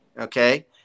okay